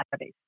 database